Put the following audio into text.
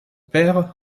père